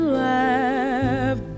laugh